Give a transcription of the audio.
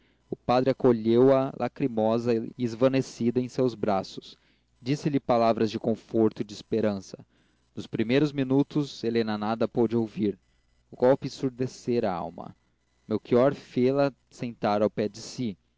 o padre acolheu a lacrimosa e esvaecida em seus braços disse-lhe palavras de conforto e de esperança nos primeiros minutos helena nada pôde ouvir o golpe ensurdecera a alma melchior fê-la sentar ao pé de si